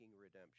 redemption